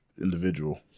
individual